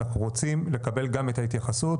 אנחנו רוצים לקבל גם את ההתייחסות,